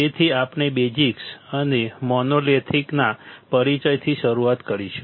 તેથી આપણે બેઝિક્સ અને મોનોલિથિકના પરિચયથી શરૂઆત કરીશું